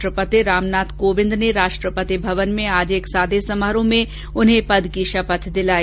राष्ट्रपति रामनाथ कोविंद ने राष्ट्रपति भवन में एक सादे समारोह में उन्हें पद की शपथ दिलाई